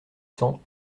cents